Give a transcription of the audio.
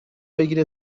بگیره